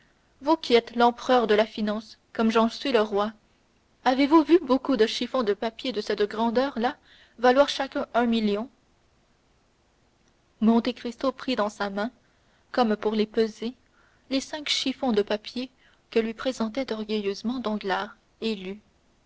vous qui êtes l'empereur de la finance comme j'en suis le roi avez-vous vu beaucoup de chiffons de papier de cette grandeur là valoir chacun un million monte cristo prit dans sa main comme pour les peser les cinq chiffons de papier que lui présentait orgueilleusement